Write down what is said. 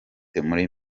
muri